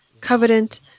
covenant